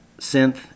synth